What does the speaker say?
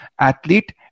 athlete